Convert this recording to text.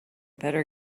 better